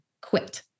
quit